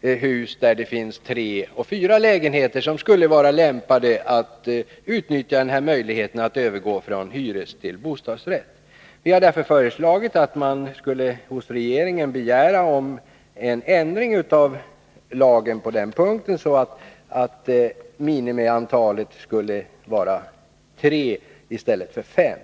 hus med tre fyra lägenheter och där det skulle vara lämpligt att utnyttja möjligheten till övergång från hyresrätt till bostadsrätt. Vi har därför föreslagit att man hos regeringen skulle begära en ändring av lagen på den punkten, så att minimiantalet skulle vara tre i stället för fem.